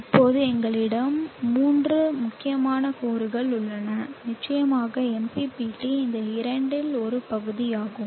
இப்போது எங்களிடம் மூன்று முக்கியமான கூறுகள் உள்ளன நிச்சயமாக MPPT இந்த இரண்டின் ஒரு பகுதியாகும்